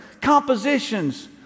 compositions